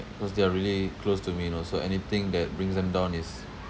cause they are really close to me you know so anything that brings them down is